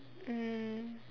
mm